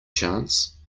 chance